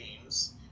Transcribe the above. games